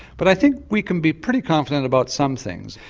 but i think we can be pretty confident about some things.